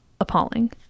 appalling